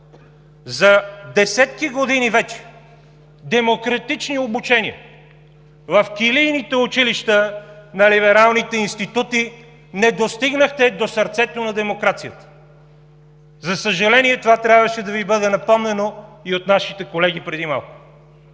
за десетки години вече демократични обучения в килийните училища на либералните институти не достигнахте до сърцето на демокрацията. За съжаление, това трябваше да Ви бъде напомнено и от нашите колеги преди малко.